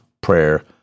prayer